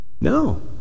No